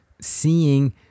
seeing